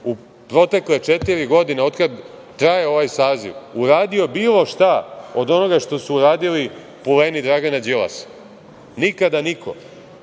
u protekle četiri godine od kada traje ovaj saziv uradio bilo šta od onoga što su uradili puleni Dragana Đilasa? Nikada niko. Oni